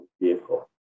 vehicle